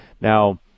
Now